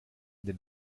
den